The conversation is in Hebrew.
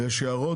הבנקים, יש הערות